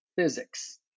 physics